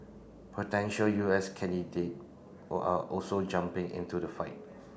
potential U S candidate all are also jumping into the fight